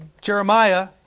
Jeremiah